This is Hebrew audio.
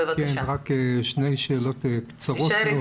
רק שתי שאלות קצרות.